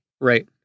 Right